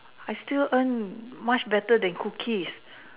I still earn much better than cookies